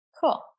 cool